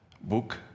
book